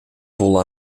vol